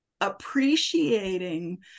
appreciating